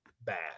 bad